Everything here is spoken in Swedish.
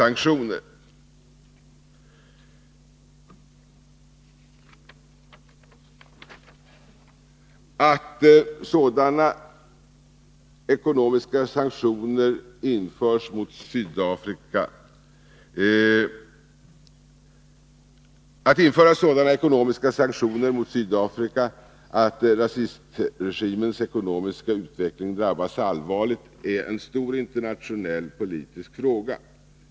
Att införa sådana ekonomiska sanktioner mot Sydafrika att rasistregimens ekonomiska utveckling drabbas allvarligt är en stor internationell politisk fråga.